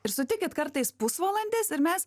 ir sutikit kartais pusvalandis ir mes